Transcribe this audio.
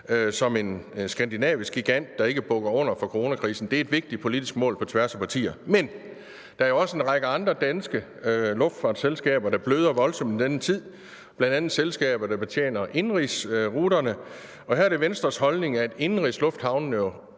som en skandinavisk gigant, der ikke bukker under for coronakrisen, er et vigtigt politisk mål på tværs af partier. Men der er jo også en række andre danske luftfartsselskaber, der bløder voldsomt i denne tid, bl.a. selskaber, der betjener indenrigsruterne, og her er det Venstres holdning, at indenrigslufthavnene